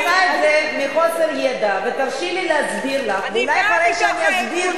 אין בכוונתי לזמן אף ארגון לכנסת.